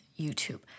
YouTube